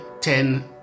ten